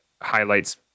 highlights